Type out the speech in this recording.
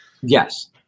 Yes